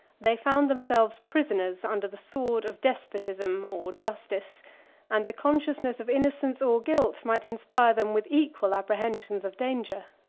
they found themselves prisoners under the sword of despotism or justice and the consciousness of innocence or guilt might inspire them with equal apprehensions of danger.